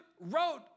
wrote